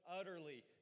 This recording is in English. utterly